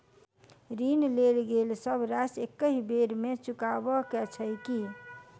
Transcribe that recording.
ऋण लेल गेल सब राशि एकहि बेर मे चुकाबऽ केँ छै की?